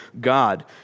God